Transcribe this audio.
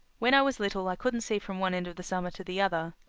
when i was little i couldn't see from one end of the summer to the other.